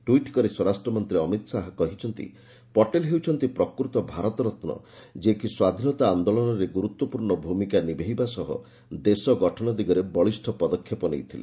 tweet କରି ସ୍ୱରାଷ୍ଟ୍ରମନ୍ତ୍ରୀ ଅମିତ ଶାହା କହିଛନ୍ତି' ପଟେଲ ହେଉଛନ୍ତି ପ୍ରକୃତ ଭାରତରତ୍ନ' ଯିଏ କି ସ୍ୱାଧୀନତା ଆନ୍ଦୋଳନର ଗୁରୁତ୍ୱପୂର୍ଣ୍ଣ ଭୂମିକା ନିଭେଇବା ସହ' ଦେଶ ଗଠନ ଦିଗରେ ବଳିଷ୍ଠ ପଦକ୍ଷେପ ନେଇଥିଲେ